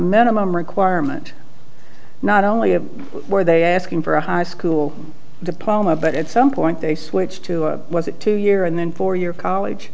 minimum requirement not only were they asking for a high school diploma but at some point they switched to a two year and then four year college